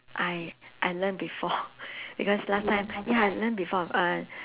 I I learn before because last time ya I learn before uh